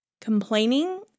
Complaining